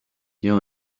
here